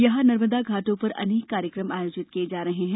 यहाँ नर्मदा घाटों पर अनेक कार्यक्रम आयोजित किए जा रहे हैं